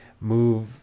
move